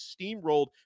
steamrolled